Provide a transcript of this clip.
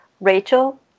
Rachel